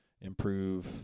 improve